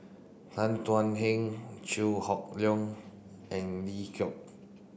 Tan Thuan Heng Chew Hock Leong and Lee Gee